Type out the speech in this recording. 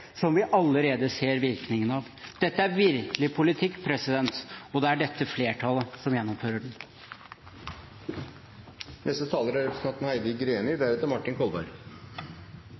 som vi allerede ser virkningen av. Dette er virkelig politikk, og det er dette flertallet som gjennomfører den. Det er